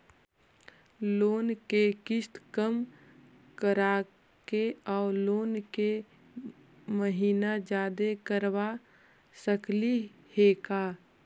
Loan के किस्त कम कराके औ लोन के महिना जादे करबा सकली हे का?